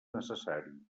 necessari